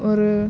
ஒரு